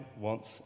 wants